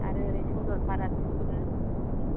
आरो ओरै सनदरपाराथिंबो